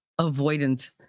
avoidant